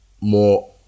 more